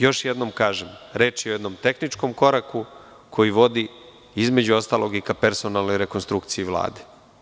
Još jednom kažem, reč je o jednom tehničkom koraku koji vodi i ka personalnoj rekonstrukciji Vlade.